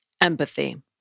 Empathy